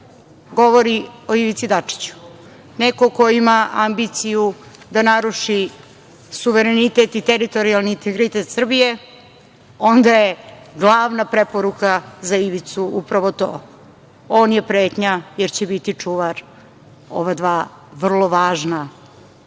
govori o Ivici Dačiću neko ko ima ambiciju da naruši suverenitet i teritorijalni integritet Srbije, onda je glavna preporuka za Ivicu upravo to, on je pretnja jer će biti čuvar ova dva vrlo važna državna